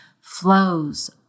flows